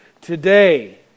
today